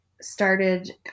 started